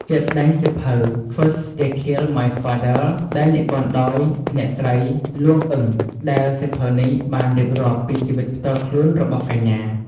ជាក់ស្តែងសៀវភៅ First They Killed My Father ដែលនិពន្ធដោយ អ្នកស្រីលួង អ៊ឹង ដែលសៀវភៅនេះបានរៀបរាប់ពីជីវិតផ្ទាល់របស់កញ្ញា។